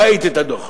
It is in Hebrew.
ראית את הדוח.